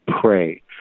pray